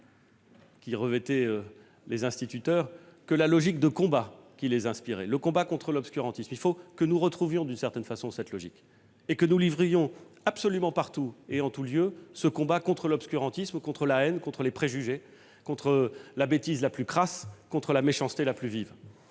revêtus les instituteurs que la logique de combat qui les inspirait : le combat contre l'obscurantisme. Il faut que nous retrouvions, d'une certaine façon, cette logique et que nous livrions absolument partout et en tous lieux ce combat contre l'obscurantisme, contre la haine, contre les préjugés, contre la bêtise la plus crasse, contre la méchanceté la plus vive.